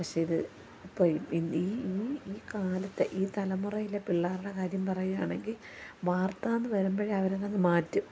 പഷേ ഇത് ഇപ്പം ഈ ഈ ഈ കാലത്തെ ഈ തലമുറയിലെ പിള്ളേരുടെ കാര്യം പറയുകയാണെങ്കിൽ വാർത്തയെന്ന് വരുമ്പോഴേ അവർ അതങ്ങ് മാറ്റും